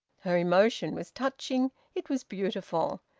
her emotion was touching, it was beautiful.